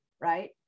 Right